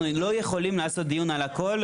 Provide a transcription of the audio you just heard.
אנחנו לא יכולים לעשות דיון על הכל.